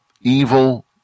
Evil